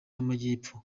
y’amajyepfo